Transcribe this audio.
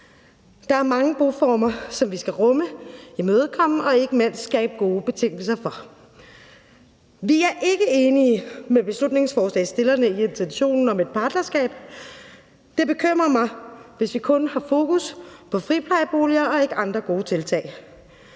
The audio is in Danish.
Der er mange boformer, som vi skal rumme, imødekomme og ikke mindst skabe gode betingelser for. Vi er ikke enige med beslutningsforslagsstillerne i intentionen om et partnerskab. Det bekymrer mig, hvis vi kun har fokus på friplejeboliger og ikke andre gode tiltag.